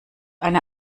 eine